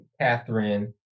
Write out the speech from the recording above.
Catherine